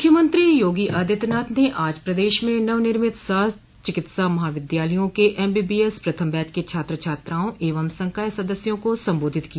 मुख्यमंत्री योगी आदित्यनाथ ने आज प्रदेश में नवनिर्मित सात चिकित्सा महाविद्यालयों के एमबीबीएस प्रथम बैच के छात्र छात्राओं एवं संकाय सदस्यों को संबोधित किया